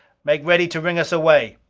make ready to ring us away!